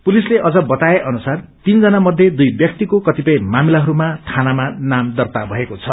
पुलिसले अझ बताए अनुसार तीनजना मध्ये दुइ व्यक्तिको कतिपय मातिमाहरूमा धानामा नाम दर्ता भएको छ